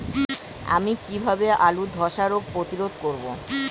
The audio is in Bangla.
আমি কিভাবে আলুর ধ্বসা রোগ প্রতিরোধ করব?